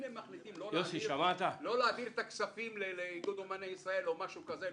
אם הם מחליטים לא להעביר את הכספים לעידוד אומני ישראל או משהו כזה,